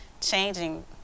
Changing